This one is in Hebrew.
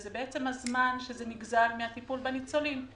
והזמן נגזל מהטיפול בניצולים.